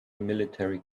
military